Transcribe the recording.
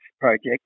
project